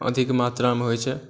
अधिक मात्रामे होइ छै